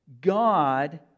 God